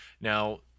Now